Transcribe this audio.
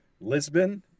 Lisbon